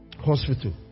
hospital